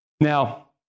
Now